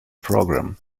program